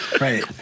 Right